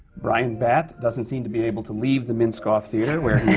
bryan batt doesn't seem to be able to leave the minskoff theatre, where